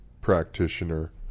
practitioner